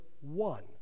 one